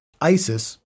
ISIS